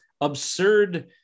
absurd